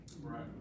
right